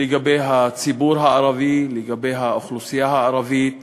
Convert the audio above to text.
לציבור הערבי ולאוכלוסייה הערבית